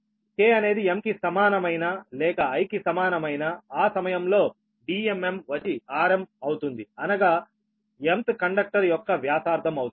k అనేది m కి సమానమైన లేక I కి సమానమైన ఆ సమయంలో Dmm వచ్చి rm అవుతుంది అనగా m th కండక్టర్ యొక్క వ్యాసార్థం అవుతుంది